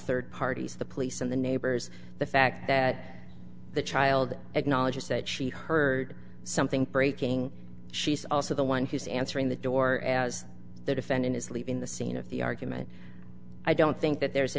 third parties the police and the neighbors the fact that the child acknowledges that she heard something breaking she's also the one who's answering the door as the defendant is leaving the scene of the argument i don't think that there's a